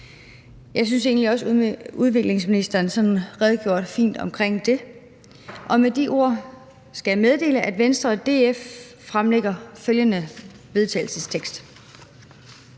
Jeg synes egentlig også, at udviklingsministeren redegjorde fint for det. Med de ord skal jeg meddele, at Venstre og DF fremsætter følgende: Forslag til